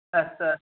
अस्तु अस्